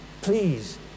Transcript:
Please